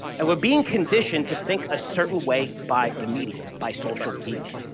and we're being conditioned to think a certain way by the media, by social media,